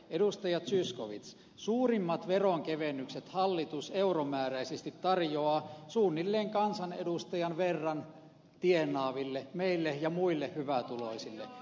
edustaja zyskowicz suurimmat veronkevennykset hallitus euromääräisesti tarjoaa suunnilleen kansanedustajan verran tienaaville meille ja muille hyvätuloisille